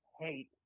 hate